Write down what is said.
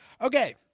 Okay